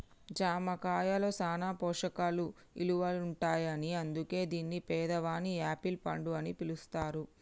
జామ కాయలో సాన పోషక ఇలువలుంటాయని అందుకే దీన్ని పేదవాని యాపిల్ పండు అని పిలుస్తారు